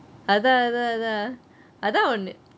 அதான் அதான் அதான்:athaan athaan athaan